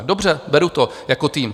Dobře, beru to, jako tým.